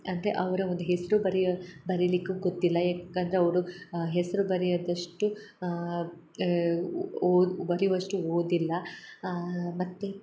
ಅಂದರೆ ಅವರ ಒಂದು ಹೆಸರು ಬರಿಯ ಬರಿಲಿಕ್ಕು ಗೊತ್ತಿಲ್ಲ ಯಾಕೆ ಅಂದರೆ ಅವರು ಆ ಹೆಸರು ಬರೆಯದಷ್ಟು ಓದಿ ಬರೆಯುವಷ್ಟು ಓದಿಲ್ಲ ಮತ್ತು